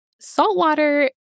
saltwater